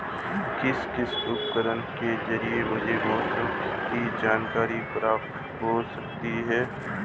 किस किस उपकरण के ज़रिए मुझे मौसम की जानकारी प्राप्त हो सकती है?